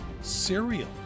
Cereal